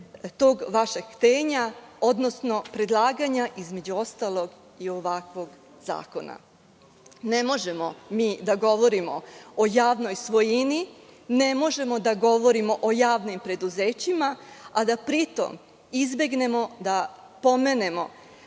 tog vašeg htenja, odnosno predlaganja, između ostalog, i ovakvog zakona. Ne možemo mi da govorimo o javnoj svojini, ne možemo da govorimo o javnim preduzećima, a da pri tom izbegnemo da pomenemo